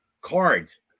cards